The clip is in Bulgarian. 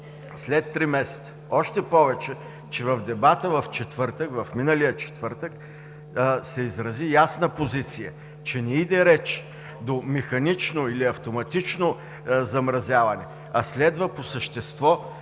след три месеца. Още повече при дебата миналия четвъртък се изрази ясна позиция, че не иде реч до механично или автоматично замразяване, а следва по същество